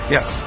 Yes